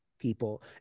people